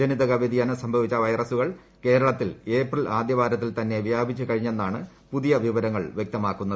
ജനിതക വ്യതിയാനം സംഭവിച്ച വൈറസുകൾ കേരളത്തിൽ ഏപ്രിൽ ആദ്യവാരത്തിൽ തന്നെ വ്യാപിച്ചു കഴിഞ്ഞെന്നാണ് പുതിയ വിവരങ്ങൾ വ്യക്തമാക്കുന്നത്